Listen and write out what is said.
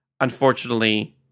Unfortunately